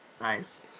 nice